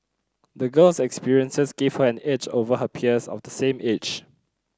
the girl's experiences gave her an edge over her peers of the same age